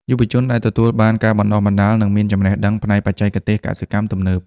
យុវជនដែលទទួលបានការបណ្តុះបណ្តាលនឹងមានចំណេះដឹងផ្នែកបច្ចេកទេសកសិកម្មទំនើប។